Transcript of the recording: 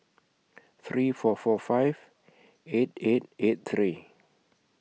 three four four five eight eight eight three